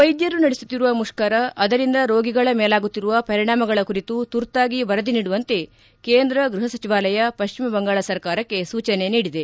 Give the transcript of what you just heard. ವೈದ್ಯರು ನಡೆಸುತ್ತಿರುವ ಮುಷ್ಕರ ಅದರಿಂದ ರೋಗಿಗಳ ಮೇಲಾಗುತ್ತಿರುವ ಪರಿಣಾಮಗಳ ಕುರಿತು ತುರ್ತಾಗಿ ವರದಿ ನೀಡುವಂತೆ ಕೇಂದ್ರ ಗೃಹ ಸಚಿವಾಲಯ ಪಶ್ಚಿಮ ಬಂಗಾಳ ಸರ್ಕಾರಕ್ಕೆ ಸೂಚನೆ ನೀಡಿದೆ